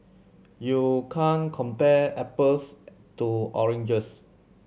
you can't compare apples to oranges